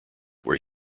where